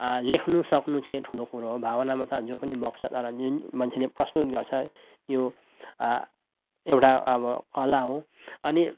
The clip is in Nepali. लेख्नसक्नु चाहिँ ठुलो कुरो हो भावनामा त जो पनि बग्छ तर जुन मान्छेले प्रस्तुत गर्छ है त्यो एउटा अब कला हो अनि